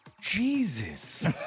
Jesus